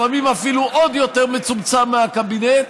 לפעמים אפילו עוד יותר מצומצם מהקבינט,